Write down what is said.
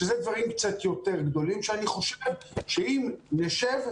שאלה דברים קצת יותר גדולים שאני חושב שאם נשב,